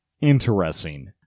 interesting